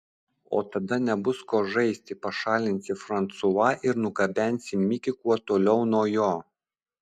o tada nebus ko žaisti pašalinsi fransua ir nugabensi mikį kuo toliau nuo jo